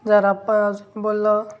जर आपन अजून बोललं